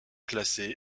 classée